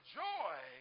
joy